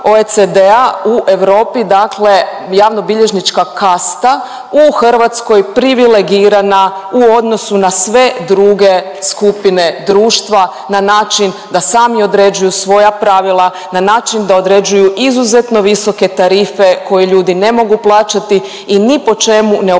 u Europi dakle javnobilježnička kasta u Hrvatskoj privilegirana u odnosu na sve druge skupine društva na način da sami određuju svoja pravila, na način da određuju izuzetno visoke tarife koje ljudi ne mogu plaćati i ni po čemu ne opravdavaju